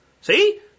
See